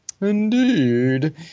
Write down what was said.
Indeed